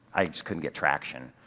i just couldn't get traction,